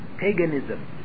paganism